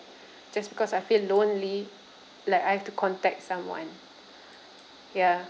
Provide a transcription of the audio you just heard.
just because I feel lonely like I have to contact someone ya